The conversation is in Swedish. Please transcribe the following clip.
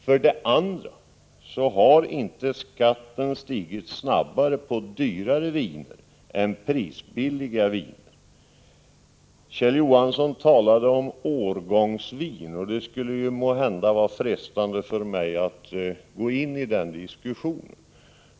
För det andra har skatten inte stigit snabbare på dyrare viner än på prisbilliga viner. Kjell Johansson talade om årgångsviner. Det kunde vara frestande för mig att gå in på den saken.